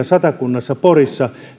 satakunnassa porissa